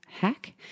hack